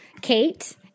Kate